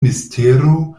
mistero